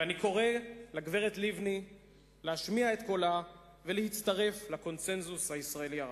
ואני קורא לגברת לבני להשמיע את קולה ולהצטרף לקונסנזוס הישראלי הרחב.